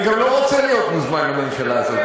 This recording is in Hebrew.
אני גם לא רוצה להיות מוזמן לממשלה הזאת,